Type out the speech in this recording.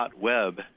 .web